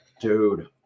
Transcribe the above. Dude